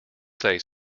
say